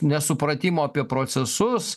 nesupratimo apie procesus